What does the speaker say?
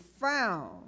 found